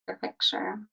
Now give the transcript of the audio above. picture